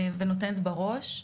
ונותנת בראש.